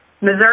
Missouri